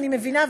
אני מבינה,